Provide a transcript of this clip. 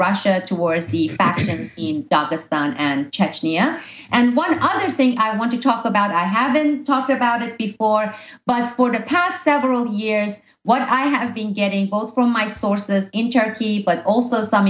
russia towards the faction in this town and chechnya and one other thing i want to talk about i haven't talked about it before but for the past several years what i have been getting both from my sources in turkey but also some